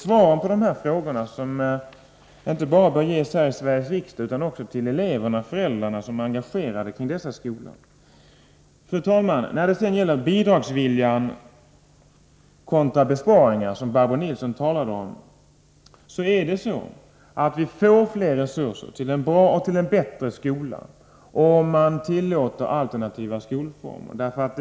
Svaren på dessa frågor bör ges inte bara till oss i Sveriges riksdag utan också till de elever och föräldrar som är engagerade i skolorna i fråga. Fru talman! När det gäller bidragsviljan kontra besparingar, som Barbro Nilsson talade om, förhåller det sig så, att vi får större resurser till en bra och bättre skola, om alternativa skolformer tillåts.